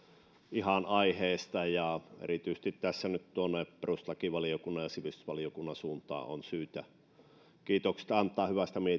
ihan aiheesta erityisesti tässä nyt tuonne perustuslakivaliokunnan ja sivistyslakivaliokunnan suuntaan on syytä antaa kiitokset hyvästä